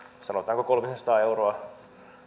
sanotaanko kolmisen sataa euroa